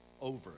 over